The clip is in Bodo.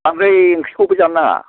ओमफ्राय ओंख्रिखौबो जानो नाङा